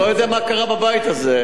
אני לא יודע מה קרה בבית הזה.